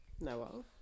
No